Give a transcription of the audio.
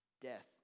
death